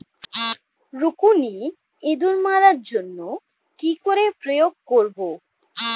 রুকুনি ইঁদুর মারার জন্য কি করে প্রয়োগ করব?